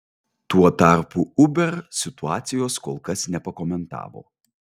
tuo tarpu uber situacijos kol kas nepakomentavo